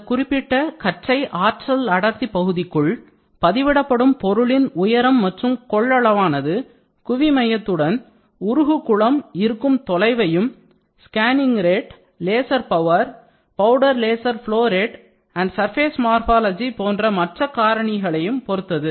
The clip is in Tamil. இந்த குறிப்பிட்ட கற்றை ஆற்றல் அடர்த்தி பகுதிக்குள் பதிவிடப்படும் பொருளின் உயரம் மற்றும் கொள்ளளவானது குவிமையத்துடன் உருகு குளம் இருக்கும் தொலைவையும் scanning rate laser power powder laser flow rate and surface morphology போன்ற மற்ற காரணிகளையும் பொறுத்தது